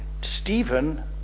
Stephen